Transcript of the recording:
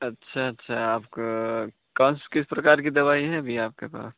अच्छा अच्छा आपका कौन से किस प्रकार की दवाई है अभी आपके पास